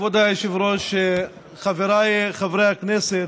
כבוד היושב-ראש, חבריי חברי הכנסת,